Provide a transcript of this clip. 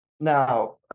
Now